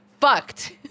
fucked